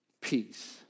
peace